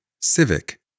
Civic